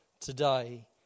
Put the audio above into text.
today